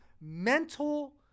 mental